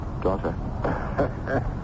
daughter